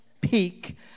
peak